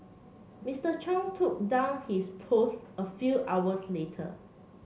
Mister Chung took down his posts a few hours later